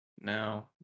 now